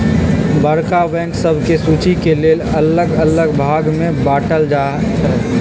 बड़का बैंक सभके सुचि के लेल अल्लग अल्लग भाग में बाटल जाइ छइ